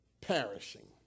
perishing